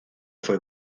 fue